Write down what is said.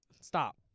Stop